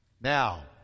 Now